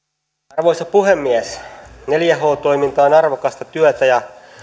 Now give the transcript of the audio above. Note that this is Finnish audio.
arvoisa puhemies neljä h toiminta on arvokasta työtä ja